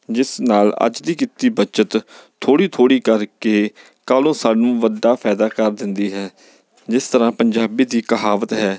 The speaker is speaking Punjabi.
ਜਿਸ ਨਾਲ ਅੱਜ ਦੀ ਕੀਤੀ ਬੱਚਤ ਥੋੜ੍ਹੀ ਥੋੜ੍ਹੀ ਕਰਕੇ ਕੱਲ੍ਹ ਨੂੰ ਸਾਨੂੰ ਵੱਡਾ ਫਾਇਦਾ ਕਰ ਦਿੰਦੀ ਹੈ ਜਿਸ ਤਰ੍ਹਾਂ ਪੰਜਾਬੀ ਦੀ ਕਹਾਵਤ ਹੈ